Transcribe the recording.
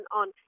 on